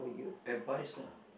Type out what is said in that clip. advice lah